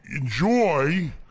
enjoy